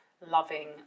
loving